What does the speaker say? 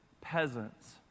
peasants